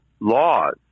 laws